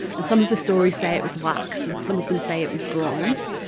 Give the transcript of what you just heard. and some of the stories say it was wax, and some of them say it was bronze.